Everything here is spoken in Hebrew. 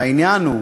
והעניין הוא